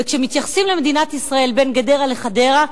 וכשמתייחסים למדינת ישראל בין גדרה לחדרה,